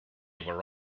were